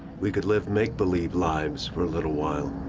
we could live make believe lives for a little while.